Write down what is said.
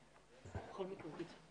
(הישיבה נפסקה בשעה 13:45